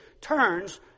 turns